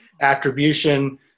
attribution